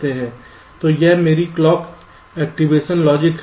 तो यह मेरी क्लॉक एक्टिवेशन लॉजिक है